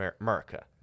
America